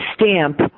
stamp